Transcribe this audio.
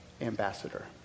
ambassador